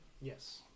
Yes